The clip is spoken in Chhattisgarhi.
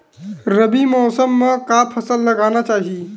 रबी मौसम म का फसल लगाना चहिए?